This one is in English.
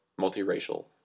multiracial